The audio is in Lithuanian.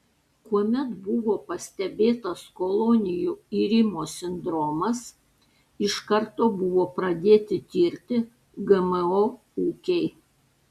kuomet buvo pastebėtas kolonijų irimo sindromas iš karto buvo pradėti tirti gmo ūkiai